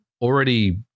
already